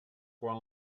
quan